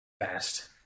fast